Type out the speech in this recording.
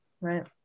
right